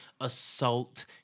assault